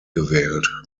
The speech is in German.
gewählt